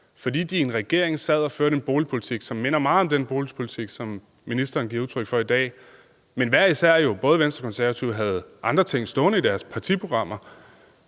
fordi de i en regering sad og førte en boligpolitik, som minder meget om den boligpolitik, som ministeren står for i dag, men hvor begge partier, både Venstre og Konservative, jo hver især havde andre ting stående i deres partiprogrammer,